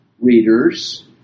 readers